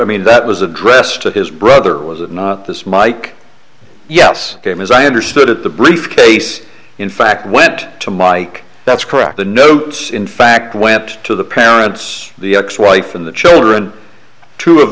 i mean that was addressed to his brother was it not this mike yes it was i understood at the briefcase in fact went to mike that's correct the notes in fact went to the parents the ex wife and the children two of